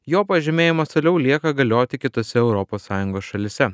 jo pažymėjimas toliau lieka galioti kitose europos sąjungos šalyse